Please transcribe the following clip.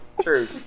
True